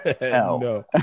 No